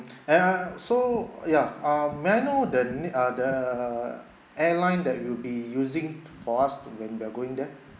and so ya um may I know the na~ uh the airline that you'll be you using for us when we're going there